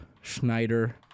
Schneider